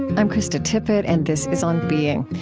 i'm krista tippett and this is on being.